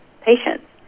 patients